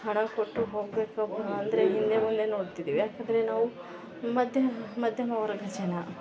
ಹಣ ಕೊಟ್ಟು ಹೋಗ್ಬೇಕಪ್ಪ ಅಂದರೆ ಹಿಂದೆ ಮುಂದೆ ನೋಡ್ತಿದಿವಿ ಯಾಕಂದರೆ ನಾವು ಮಧ್ಯೆ ಮಧ್ಯಮ ವರ್ಗದ ಜನ